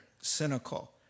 cynical